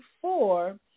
four